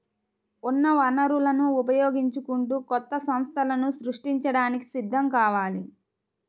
ఉన్న వనరులను ఉపయోగించుకుంటూ కొత్త సంస్థలను సృష్టించడానికి సిద్ధం కావాలి